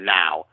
now